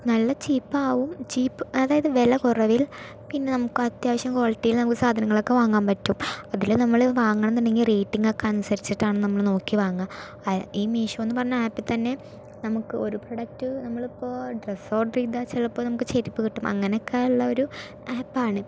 നല്ല ചീപ്പ് ആകും അതായത് വില കുറവിൽ പിന്നെ നമുക്ക് അത്യാവശ്യം ക്വാളിറ്റിയിൽ നമുക്ക് സാധനങ്ങൾ ഒക്കെ വാങ്ങാൻ പറ്റും അതില് നമ്മൾ വാങ്ങണം എന്ന് ഉണ്ടെങ്കിൽ റേറ്റിംഗ് ഒക്കെ അനുസരിച്ചിട്ടാണ് നോക്കി വാങ്ങുക ആ ഈ മീഷോ എന്ന് പറയുന്ന ആപ്പിൽ തന്നെ നമുക്ക് ഒരു പ്രോഡക്റ്റ് നമ്മൾ ഇപ്പോൾ ഡ്രസ്സ് ഓർഡർ ചെയ്താൽ ചിലപ്പോൾ നമുക്ക് ചെരുപ്പ് കിട്ടും അങ്ങനെയൊക്കെ ഉള്ള ഒരു ആപ്പാണ്